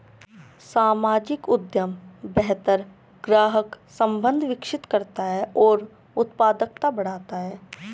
सामाजिक उद्यम बेहतर ग्राहक संबंध विकसित करता है और उत्पादकता बढ़ाता है